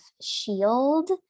shield